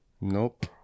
Nope